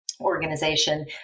organization